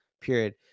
Period